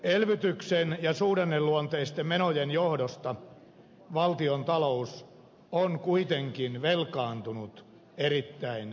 elvytyksen ja suhdanneluonteisten menojen johdosta valtionta lous on kuitenkin velkaantunut erittäin voimakkaasti